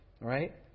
right